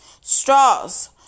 Straws